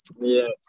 Yes